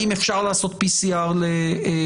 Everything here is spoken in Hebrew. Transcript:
האם אפשר לעשות בדיקת PCR לילדים.